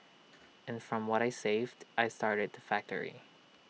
and from what I saved I started the factory